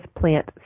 plant